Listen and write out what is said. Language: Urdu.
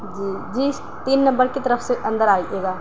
جی جی اس تین نمبر کی طرف سے اندر آئیے گا